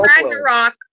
Ragnarok